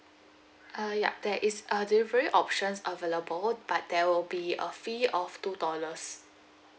uh yup there is a delivery option available but there will be a fee of two dollars